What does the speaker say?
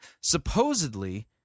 Supposedly